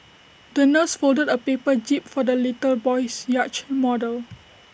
the nurse folded A paper jib for the little boy's yacht model